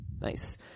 Nice